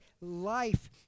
life